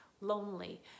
lonely